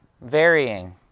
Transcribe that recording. varying